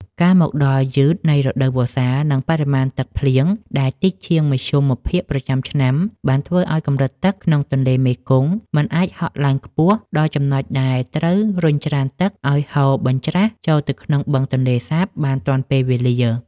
ការមកដល់យឺតនៃរដូវវស្សា និងបរិមាណទឹកភ្លៀងដែលតិចជាងមធ្យមភាគប្រចាំឆ្នាំ បានធ្វើឱ្យកម្រិតទឹកក្នុងទន្លេមេគង្គមិនអាចហក់ឡើងខ្ពស់ដល់ចំណុចដែលត្រូវរុញច្រានទឹកឱ្យហូរបញ្ច្រាសចូលទៅក្នុងបឹងទន្លេសាបបានទាន់ពេលវេលា។